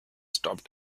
stopped